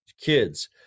kids